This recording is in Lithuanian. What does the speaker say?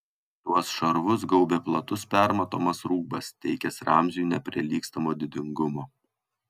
tuos šarvus gaubė platus permatomas rūbas teikęs ramziui neprilygstamo didingumo